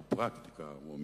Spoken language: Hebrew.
לשנתיים.